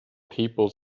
people